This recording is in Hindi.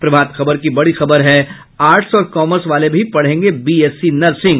प्रभात खबर की बड़ी खबर है आर्ट्स और कॉमर्स वाले भी पढ़ेंगे बीएससी नर्सिंग